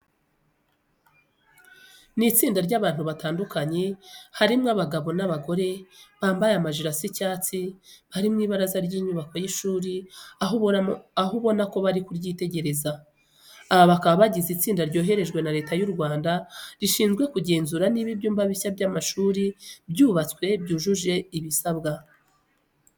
Ni itsinda ry'abantu batandukanye harimo abagabo n'abagore, bambaye amajire asa icyatsi, bari mu ibaraza ry'inyubako y'ishuri aho ubona ko bari kuryitegereza. Aba bakaba bagize itsinda ryoherejwe na Leta y'u Rwanda rishinzwe kugenzura niba ibyumba bishya by'amashuri byubatswe byujuje ibisabwa.